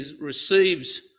receives